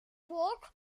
spoke